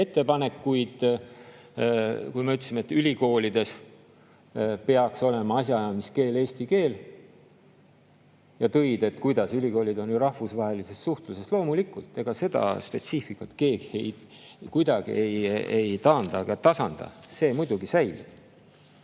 ettepanekuid, kui me ütlesime, et ülikoolides peaks olema asjaajamiskeel eesti keel, ja tõid [välja], et kuidas, ülikoolid on ju rahvusvahelises suhtluses – loomulikult, ega seda spetsiifikat keegi kuidagi ei taanda ega tasanda, see muidugi säilib.